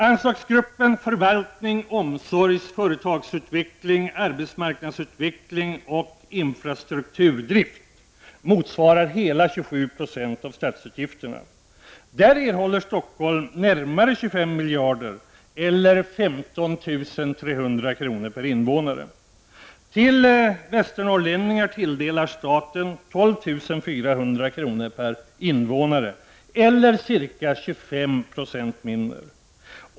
Anslagsgruppen förvaltning, omsorg, företagsutveckling, arbetsmarknadsutveckling och infrastrukturdrift motsvarar hela 27 90 av statsutgifterna. Av dessa anslag erhåller Stockholm närmare 25 miljarder, eller 15 300 kr. per invånare. Till västernorrlänningar tilldelar staten 12 400 kr. per invånare, eller ca 25 Zo mindre.